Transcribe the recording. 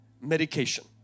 medication